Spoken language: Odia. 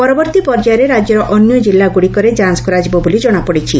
ପରବର୍ଭୀ ପର୍ଯ୍ୟାୟରେ ରାଜ୍ୟର ଅନ୍ୟ ଜିଲ୍ଲା ଗୁଡ଼ିକରେ ଯାଞ କରାଯିବ ବୋଲି ଜଣାପଡିଛି